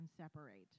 separate